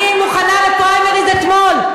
אני מוכנה לפריימריז אתמול.